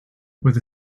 with